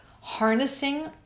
harnessing